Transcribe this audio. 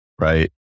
Right